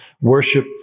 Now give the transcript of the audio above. Worship